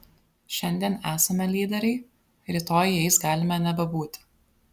šiandien esame lyderiai rytoj jais galime nebebūti